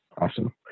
awesome